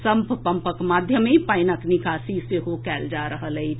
sump पम्पक माध्यम सॅ पानिक निकासी सेहो कएल जा रहल अछि